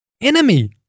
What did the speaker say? enemy